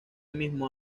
mismo